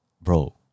bro